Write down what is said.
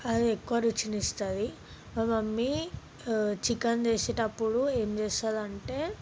అది ఎక్కువ రుచిని ఇస్తుంది మా మమ్మీ చికెన్ చేసేటప్పుడు ఏం చేస్తుందంటే